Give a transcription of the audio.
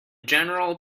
general